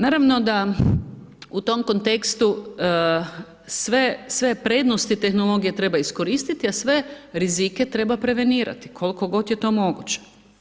Naravno da u tom kontekstu sve, sve prednosti tehnologije treba iskoristiti, a sve rizike treba prevenirati kolko god je to moguće.